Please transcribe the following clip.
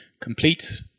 complete